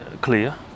clear